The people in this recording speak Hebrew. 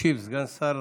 ישיב סגן שר